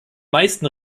meisten